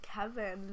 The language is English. Kevin